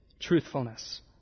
truthfulness